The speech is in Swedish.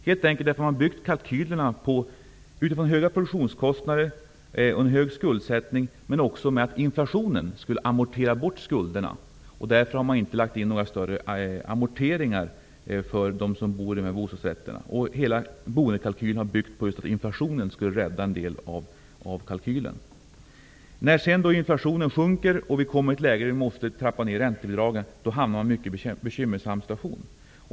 Kalkylerna har grundats på höga produktionskostnader och en hög skuldsättning men också på att inflationen skulle amortera bort skulderna. Därför har det inte lags in några större amorteringar för dem som bor i bostadsrätt. Hela boendekalkylen har byggt på att inflationen skulle rädda en del av kalkylen. När inflationen sjunker och vi kommer i ett läge där räntebidragen måste trappas ned hamnar vi i en bekymmersam situation.